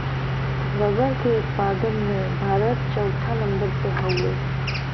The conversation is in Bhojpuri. रबड़ के उत्पादन में भारत चउथा नंबर पे हउवे